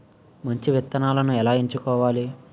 మంచి విత్తనాలను ఎలా ఎంచుకోవాలి?